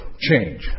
change